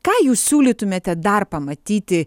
ką jūs siūlytumėte dar pamatyti